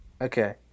Okay